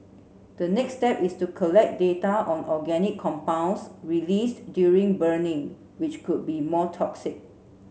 the next step is to collect data on organic compounds released during burning which could be more toxic